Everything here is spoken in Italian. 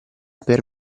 per